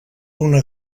una